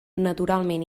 naturalment